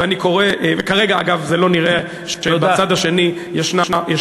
ואני קורא, כרגע, אגב, לא נראה שבצד השני, תודה.